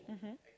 mmhmm